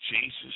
Jesus